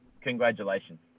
congratulations